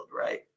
right